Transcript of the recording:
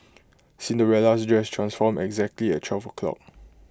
Cinderella's dress transformed exactly at twelve O' clock